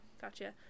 Gotcha